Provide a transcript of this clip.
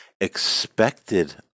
expected